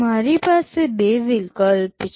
મારી પાસે બે વિકલ્પ છે